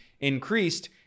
increased